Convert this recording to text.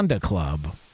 Club